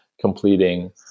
completing